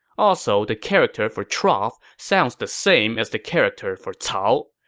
also, the character for trough sounds the same as the character for cao.